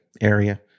area